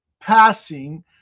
passing